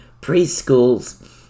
preschools